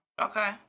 Okay